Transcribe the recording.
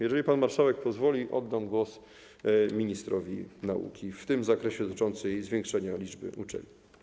Jeżeli pan marszałek pozwoli, oddam głos ministrowi nauki w zakresie spraw dotyczących zwiększenia liczby uczelni.